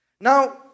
Now